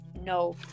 No